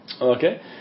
Okay